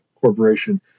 Corporation